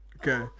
okay